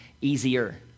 easier